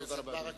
תודה רבה.